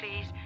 please